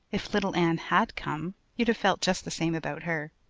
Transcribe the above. if little anne had come you'd have felt just the same about her.